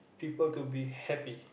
people to be happy